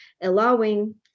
allowing